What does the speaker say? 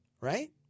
right